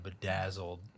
bedazzled